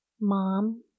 mom